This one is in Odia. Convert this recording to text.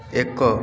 ଏକ